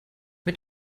mit